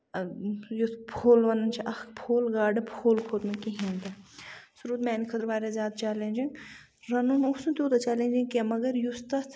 یُتھ پھوٚل وَنان چھِ اکھ پھوٚل گاڈٕ پھوٚل کھوٚت نہ کِہیٖنۍ تہِ سُہ روٗد میانہِ خٲطرٕزیادٕ چیلینجِنگ رَنُن اوس نہٕ تیوٗتاہ زیادٕ چیلینجِنگ کیٚنہہ مَگر یُس تَتھ